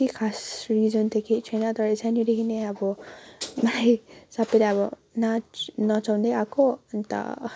त्यति खास रिजन त केही छैन तर सानैदेखि नै अब मलाई सबैले अब नाच नचाउँदै आएको अन्त